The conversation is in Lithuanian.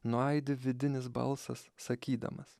nuaidi vidinis balsas sakydamas